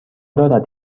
دارد